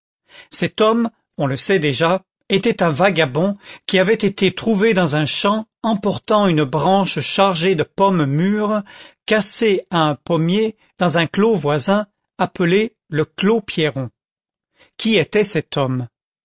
cet homme on le sait déjà était un vagabond qui avait été trouvé dans un champ emportant une branche chargée de pommes mûres cassée à un pommier dans un clos voisin appelé le clos pierron qui était cet homme